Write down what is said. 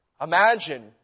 Imagine